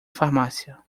farmácia